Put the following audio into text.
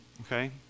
Okay